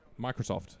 Microsoft